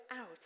out